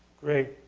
great,